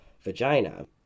vagina